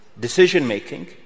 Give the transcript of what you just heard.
decision-making